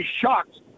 shocked